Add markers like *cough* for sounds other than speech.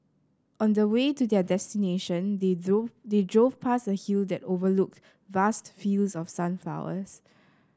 on the way to their destination they *unintelligible* they drove past a hill that overlooked vast fields of sunflowers